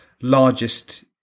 largest